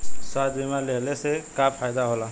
स्वास्थ्य बीमा लेहले से का फायदा होला?